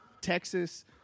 Texas